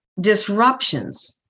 disruptions